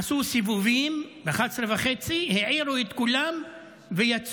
עשו סיבובים ב-23:30, העירו את כולם ויצאו.